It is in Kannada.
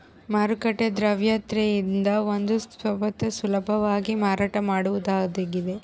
ಮಾರುಕಟ್ಟೆ ದ್ರವ್ಯತೆಯಿದ್ರೆ ಒಂದು ಸ್ವತ್ತನ್ನು ಸುಲಭವಾಗಿ ಮಾರಾಟ ಮಾಡಬಹುದಾಗಿದ